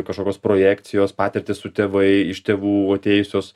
kažkokios projekcijos patirtys su tėvai iš tėvų atėjusios